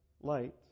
light